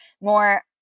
more